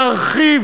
נרחיב